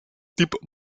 type